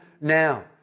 now